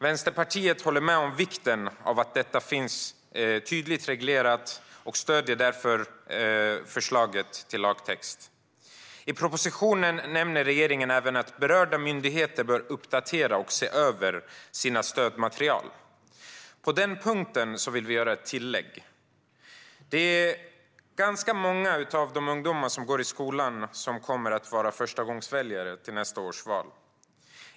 Vänsterpartiet håller med om vikten av att detta finns tydligt reglerat och stöder därför förslaget till lagtext. I propositionen nämner regeringen även att berörda myndigheter bör uppdatera och se över sina stödmaterial. På den punkten vill vi göra ett tillägg. Det är ganska många av de ungdomar som nu går i skolan som kommer att vara förstagångsväljare i nästa års val.